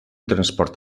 transport